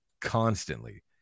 constantly